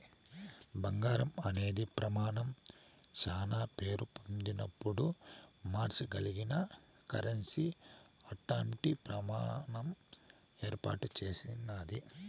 బంగారం అనే ప్రమానం శానా పేరు పొందినపుడు మార్సగలిగిన కరెన్సీ అట్టాంటి ప్రమాణం ఏర్పాటు చేసినాది